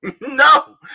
no